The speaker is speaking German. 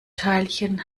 teilchen